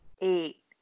eight